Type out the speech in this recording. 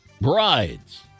brides